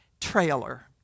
trailer